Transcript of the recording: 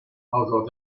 although